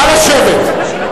נא לשבת.